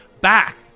Back